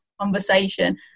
conversation